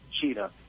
cheetah